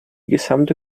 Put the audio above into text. gesamte